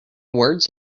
words